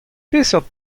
peseurt